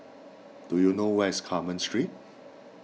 do you know where is Carmen Street